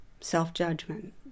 self-judgment